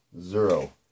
Zero